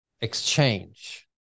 exchange